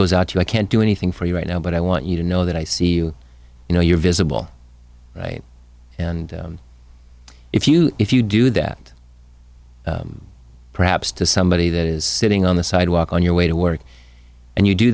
goes out to you i can't do anything for you right now but i want you to know that i see you you know you're visible and if you if you do that perhaps to somebody that is sitting on the sidewalk on your way to work and you do